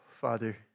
Father